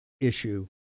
issue